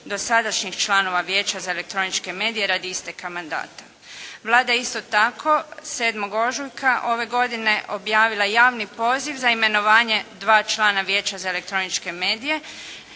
dosadašnjih članova Vijeća za elektroničke medije radi isteka mandata. Vlada je isto tako 7. ožujka ove godine objavila javni poziv za imenovanje dva člana Vijeća za elektroničke medije.